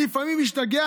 אני לפעמים משתגע.